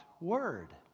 Word